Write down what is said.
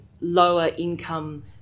lower-income